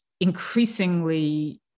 increasingly